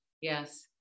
yes